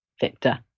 victor